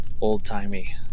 old-timey